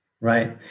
Right